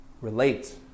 relate